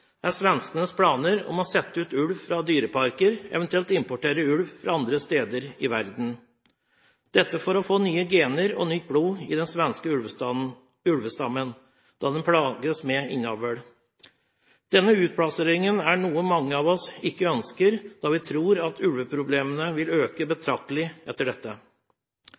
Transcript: svenskenes planer om å sette ut ulv fra dyreparker, eventuelt importere ulv fra andre steder i verden. Dette for å få nye gener og nytt blod i den svenske ulvestammen, da den plages med innavl. Denne utplasseringen er noe mange av oss ikke ønsker, da vi tror at ulveproblemene vil øke betraktelig etter dette.